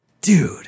dude